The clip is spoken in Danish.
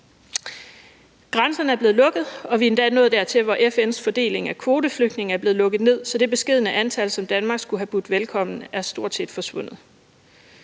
Grænserne er blevet lukket, og vi er endda nået dertil, hvor FN's fordeling af kvoteflygtninge er blevet lukket ned, så det beskedne antal, som Danmark skulle have budt velkommen, er stort set forsvundet.